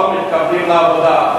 לא מקבלים עבודה.